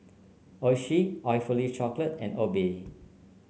Oishi Awfully Chocolate and Obey